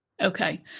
Okay